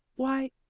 why,